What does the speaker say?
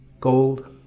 gold